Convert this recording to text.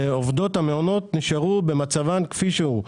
ועובדות המעונות נשארו במצבן כפי שהוא,